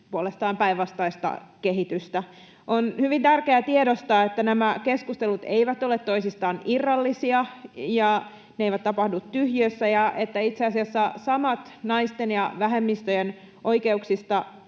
puolestaan päinvastaista kehitystä. On hyvin tärkeää tiedostaa, että nämä keskustelut eivät ole toisistaan irrallisia, ne eivät tapahdu tyhjiössä ja että itse asiassa samat naisten ja vähemmistöjen oikeuksista